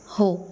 हो